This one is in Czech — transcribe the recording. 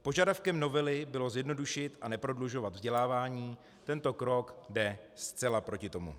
Požadavkem novely bylo zjednodušit a neprodlužovat vzdělávání, tento krok jde zcela proti tomu.